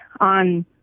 on